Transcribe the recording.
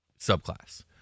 subclass